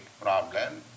problem